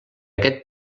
aquest